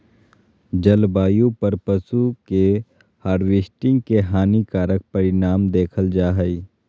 जलवायु पर पशु के हार्वेस्टिंग के हानिकारक परिणाम देखल जा हइ